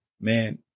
Man